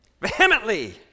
Vehemently